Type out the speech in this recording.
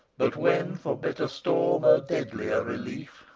but when, for bitter storm, a deadlier relief,